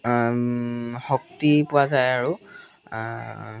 শক্তি পোৱা যায় আৰু